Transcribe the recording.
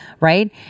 right